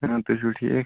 تُہۍ چھُوا ٹھیٖک